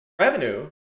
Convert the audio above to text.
revenue